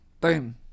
Boom